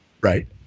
Right